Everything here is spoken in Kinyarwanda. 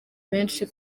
benshi